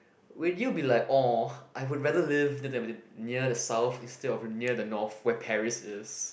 will you be like orh I would rather live near the south instead of near the north where Paris is